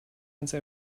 once